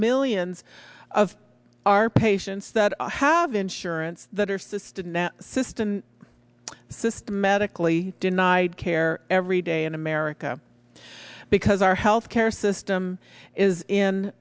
millions of our patients that have insurance that are system that system systematically denied care every day in america because our health care system is in